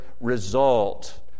result